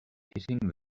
hitting